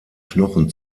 knochen